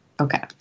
Okay